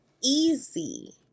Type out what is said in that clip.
easy